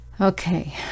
Okay